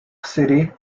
city